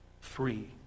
free